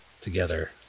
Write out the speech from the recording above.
together